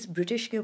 British